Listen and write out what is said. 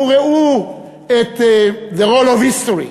וראו את the roll of history,